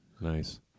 Nice